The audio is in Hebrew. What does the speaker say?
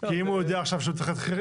כי אם הוא יודע עכשיו שהוא צריך להתחיל